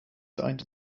signed